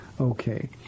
okay